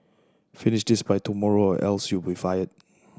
finish this by tomorrow or else you'll be fired